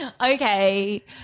Okay